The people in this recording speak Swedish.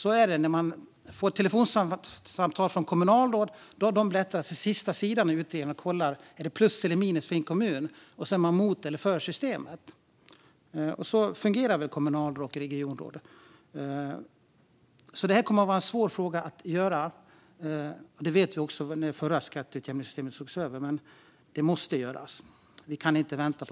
När det kommer telefonsamtal från kommunalråd har de nämligen bläddrat till sista sidan i utredningen och kollat om det blir plus eller minus för kommunen, för att sedan vara för eller emot systemet. Så fungerar väl kommunal och regionråd. Detta kommer alltså att vara en svår fråga. Det visste vi också när det förra skatteutjämningssystemet sågs över. Men det måste göras - vi kan inte vänta.